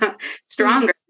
stronger